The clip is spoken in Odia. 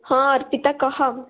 ହଁ ଅର୍ପିତା କହ